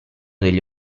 degli